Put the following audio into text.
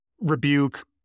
rebuke